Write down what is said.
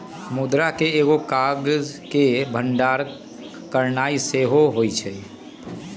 मुद्रा के एगो काज के भंडारण करनाइ सेहो होइ छइ